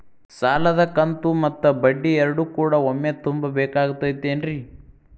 ಸಾಲದ ಕಂತು ಮತ್ತ ಬಡ್ಡಿ ಎರಡು ಕೂಡ ಒಮ್ಮೆ ತುಂಬ ಬೇಕಾಗ್ ತೈತೇನ್ರಿ?